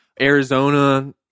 Arizona